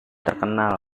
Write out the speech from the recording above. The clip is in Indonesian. terkenal